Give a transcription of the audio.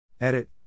Edit